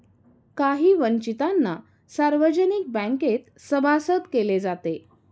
काही वंचितांना सार्वजनिक बँकेत सभासद केले जाते